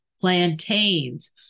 Plantains